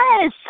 Yes